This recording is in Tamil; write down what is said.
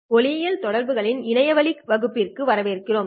வணக்கம் ஒளியியல் தொடர்புகளின் இணையவழி வகுப்பிற்கு வரவேற்கிறோம்